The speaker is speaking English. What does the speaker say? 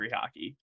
hockey